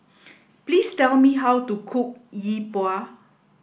please tell me how to cook Yi Bua